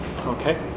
Okay